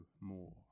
more